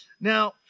Now